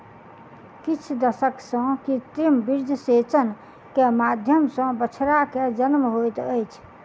किछ दशक सॅ कृत्रिम वीर्यसेचन के माध्यम सॅ बछड़ा के जन्म होइत अछि